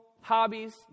hobbies